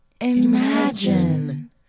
Imagine